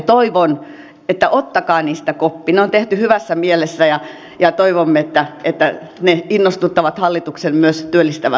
toivon että otatte niistä kopin ne on tehty hyvässä mielessä ja toivomme että ne innostuttavat hallituksen myös työllistävämpään politiikkaan